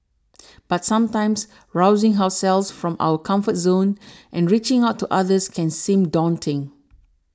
but sometimes rousing ourselves from our comfort zones and reaching out to others can seem daunting